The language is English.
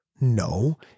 No